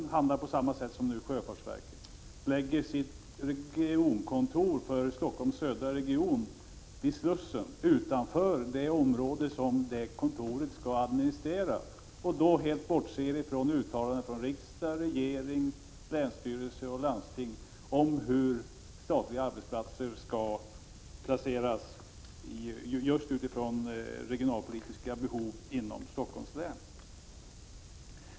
Posten handlar på samma sätt som sjöfartsverket nu tänker göra och lägger sitt regionkontor för Stockholms södra region vid Slussen utanför det område som kontoret skall administrera och därmed helt bortser från uttalanden från riksdag, regering, länsstyrelse och landsting om hur statliga arbetsplatser inom Stockholms län skall placeras med tanke på regionalpolitiska behov.